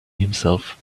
himself